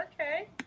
okay